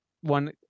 one